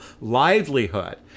livelihood